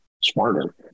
smarter